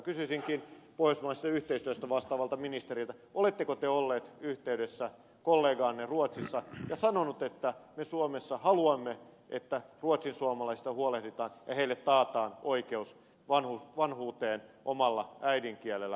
kysyisinkin pohjoismaisesta yhteistyöstä vastaavalta ministeriltä oletteko te ollut yhteydessä kollegaanne ruotsissa ja sanonut että me suomessa haluamme että ruotsinsuomalaisista huolehditaan ja heille taataan oikeus vanhuuteen omalla äidinkielellään